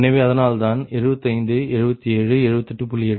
எனவே அதனால்தான் 75 77 78